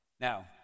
Now